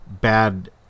bad